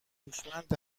هوشمند